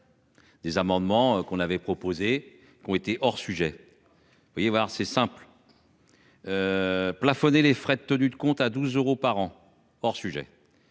Des amendements qu'on avait proposé qu'on était hors sujet. Voyez avoir c'est simple. Plafonner les frais de tenue de compte à 12 euros par an hors sujet.